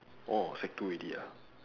orh sec two already ah